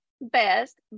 best